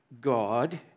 God